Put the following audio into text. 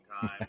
time